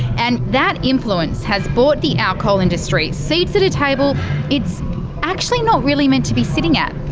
and that influence has bought the alcohol industry seats at a table it's actually not really meant to be sitting at.